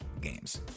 games